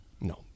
No